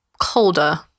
colder